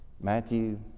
Matthew